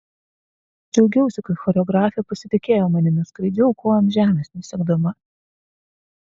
džiaugiausi kad choreografė pasitikėjo manimi skraidžiau kojom žemės nesiekdama